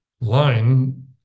line